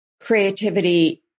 creativity